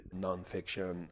nonfiction